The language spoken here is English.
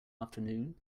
afternoon